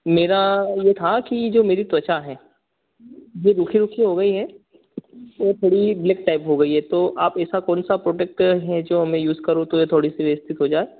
मेरा यह था कि जो मेरी त्वचा है यह रूखी रूखी हो गई है यह थोड़ी ब्लेक टाइप हो गई है तो आप ऐसा कौन सा प्रोडक्ट है जो मैं यूज़ करूँ तो यह थोड़ी सी व्यवस्थित हो जाए